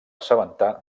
assabentar